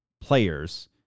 players